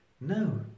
No